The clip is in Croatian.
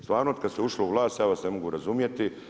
Stvarno od kad ste ušli u vlat ja vas ne mogu razumjeti.